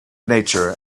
nature